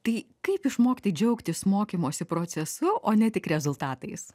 tai kaip išmokti džiaugtis mokymosi procesu o ne tik rezultatais